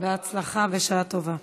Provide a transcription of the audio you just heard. בהצלחה ובשעה טובה.